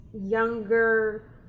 younger